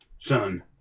son